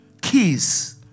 Keys